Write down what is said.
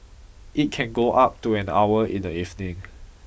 it can go up to an hour in the evening